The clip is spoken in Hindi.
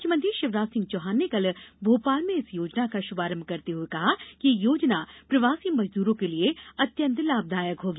मुख्यमंत्री शिवराज सिंह चौहान ने कल भोपाल में इस योजना का श्मारम करते हुए कहा कि ये योजना प्रवासी मजदूरों के लिए अत्यन्त लाभदायक होगी